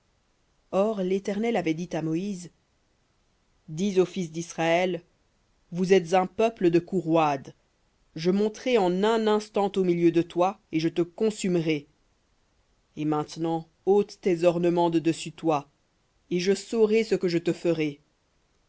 or l'éternel avait dit à moïse dis aux fils d'israël vous êtes un peuple de cou roide je monterai en un instant au milieu de toi et je te consumerai et maintenant ôte tes ornements de dessus toi et je saurai ce que je te ferai